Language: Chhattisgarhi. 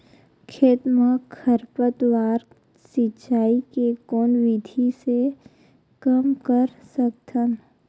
खेत म खरपतवार सिंचाई के कोन विधि से कम कर सकथन?